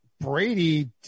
Brady